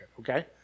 okay